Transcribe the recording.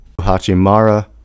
Hachimara